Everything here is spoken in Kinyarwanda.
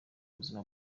buzima